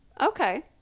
Okay